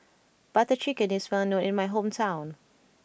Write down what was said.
Butter Chicken is well known in my hometown